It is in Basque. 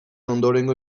ondorengo